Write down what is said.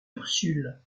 ursule